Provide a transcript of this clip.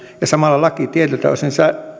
ja samalla laki tietyltä osin